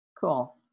Cool